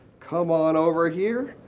come on over here.